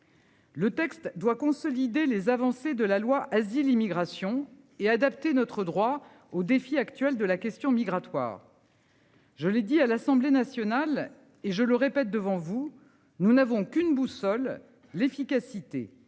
Le texte doit consolider les avancées de la loi asile immigration et adapter notre droit aux défis actuels de la question migratoire.-- Je l'ai dit à l'Assemblée nationale et je le répète devant vous. Nous n'avons qu'une boussole, l'efficacité